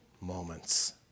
moments